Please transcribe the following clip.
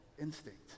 instinct